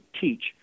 teach